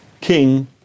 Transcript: king